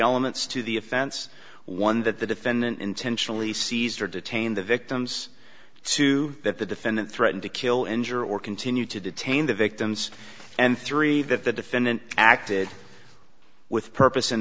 elements to the offense one that the defendant intentionally seized or detain the victim's two that the defendant threatened to kill injure or continue to detain the victims and three that the defendant acted with purpose